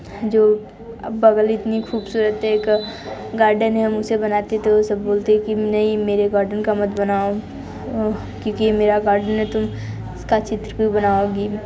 जो अब बग़ल इतना ख़ूबसूरत एक गार्डन है हम उसे बनाते है तो ये सब बोलते है कि नहीं मेरे गार्डन का मत बनाओ क्योंकि ये मेरा गार्डन है तुम उसका चित्र क्यों बनाओगी